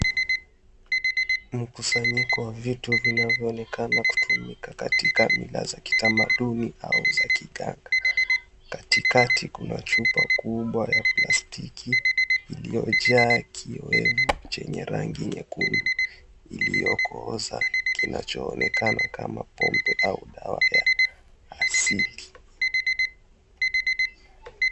Mkusanyiko wa vitu vinavyonekana kutumika katika mila za kitamaduni au za kiganga. Katikati kuna chupa kubwa ya plastiki iliyojaa kiyoevu chenye rangi nyekundu iliyokooza kinachoonekana kama pombe au dawa ya asili.